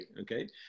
okay